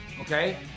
okay